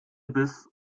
biss